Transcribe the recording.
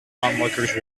onlookers